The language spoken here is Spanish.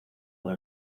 por